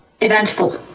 eventful